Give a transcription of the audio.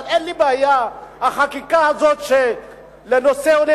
אבל אין לי בעיה שהחקיקה הזאת לנושא עולי